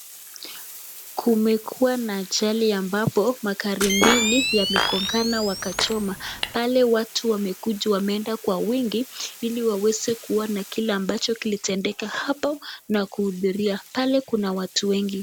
Kumekuwa na ajali ambapo magari mbili yamegongana na kuchomeka. Pale watu wamekuwa wengi ili waweze kuona kile ambacho kilitendeka na kuhudhuria. Pale kuna watu wengi.